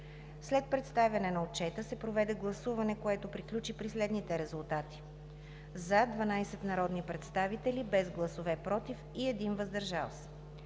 След представяне на отчета се проведе гласуване, което приключи при следните резултати: „за“ 12 народни представители, без „против“ и 1 „въздържал се“.